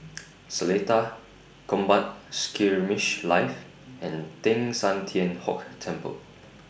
Seletar Combat Skirmish Live and Teng San Tian Hock Temple